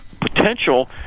potential